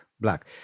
black